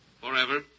Forever